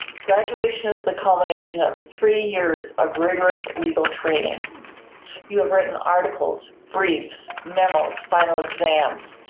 graduation is the culmination of three years of rigorous legal training you have written article, briefs, memos, final exams.